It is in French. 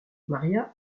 maria